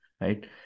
right